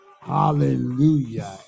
hallelujah